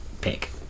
pick